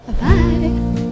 bye